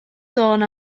sôn